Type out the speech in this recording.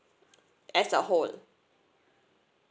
as a whole